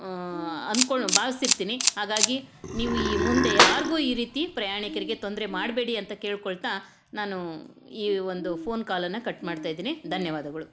ಅನ್ಕೊಂಡು ಭಾವಿಸಿರ್ತೀನಿ ಹಾಗಾಗಿ ನೀವು ಈ ಮುಂದೆ ಯಾರಿಗೂ ಈ ರೀತಿ ಪ್ರಯಾಣಿಕರಿಗೆ ತೊಂದರೆ ಮಾಡಬೇಡಿ ಅಂತ ಕೇಳಿಕೊಳ್ತಾ ನಾನು ಈ ಒಂದು ಫೋನ್ ಕಾಲನ್ನು ಕಟ್ ಮಾಡ್ತಾ ಇದ್ದೀನಿ ಧನ್ಯವಾದಗಳು